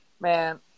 man